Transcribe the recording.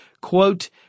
quote